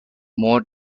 more